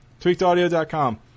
TweakedAudio.com